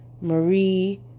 marie